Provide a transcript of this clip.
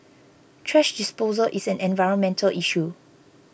thrash disposal is an environmental issue